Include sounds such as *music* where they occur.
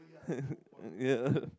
*laughs* ya *laughs*